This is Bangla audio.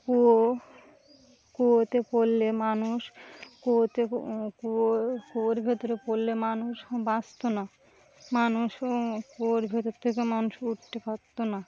কুয়ো কুয়োতে পড়লে মানুষ কুয়োতে কুয়ো কুয়োর ভেতরে পড়লে মানুষ বাঁচত না মানুষও কুয়োর ভেতর থেকে মানুষ উঠতে পারত না